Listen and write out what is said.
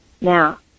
now